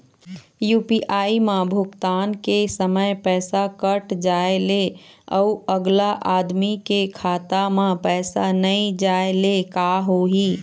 UPI म भुगतान के समय पैसा कट जाय ले, अउ अगला आदमी के खाता म पैसा नई जाय ले का होही?